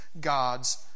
God's